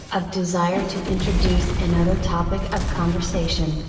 of desire to introduce another topic of conversation,